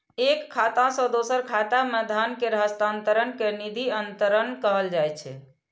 एक खाता सं दोसर खाता मे धन केर हस्तांतरण कें निधि अंतरण कहल जाइ छै